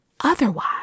Otherwise